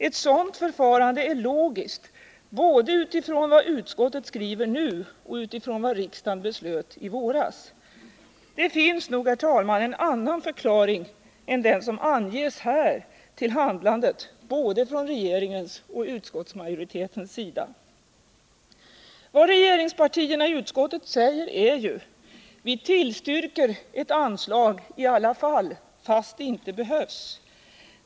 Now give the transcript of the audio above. Ett sådant förfarande är logiskt, både utifrån vad utskottet nu skriver och utifrån vad riksdagen beslöt i våras. Det finns nog, herr talman, en annan förklaring än den som anges här till regeringens och utskottsmajoritetens handlande. Vad regeringspartierna i utskottet säger är ju: Vi tillstyrker ett anslag i alla fall, fast det inte behövs.